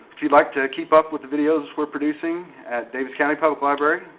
if you'd like to keep up with the videos we're producing at daviess county public library,